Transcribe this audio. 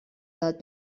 داد